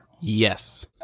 Yes